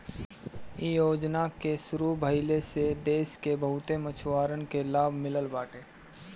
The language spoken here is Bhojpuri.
इ योजना के शुरू भइले से देस के बहुते मछुआरन के लाभ मिलल बाटे